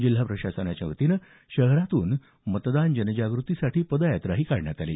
जिल्हा प्रशासनाच्यावतीनं नांदेड शहरात मतदान जनजागृतीसाठी पदयात्राही काढण्यात आली